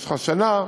ובמשך השנה,